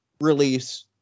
Release